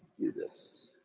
do this.